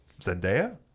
Zendaya